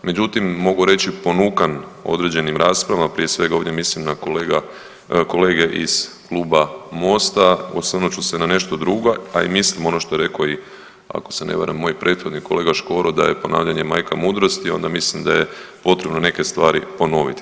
Međutim, mogu reći ponukan određenim raspravama, prije svega ovdje mislim na kolege iz Kluba Mosta, osvrnut ću se na nešto drugo, a i mislim ono što je rekao i ako se ne varam moj prethodnik kolega Škoro da je ponavljanje majka mudrosti onda mislim da je potrebno neke stvari ponoviti.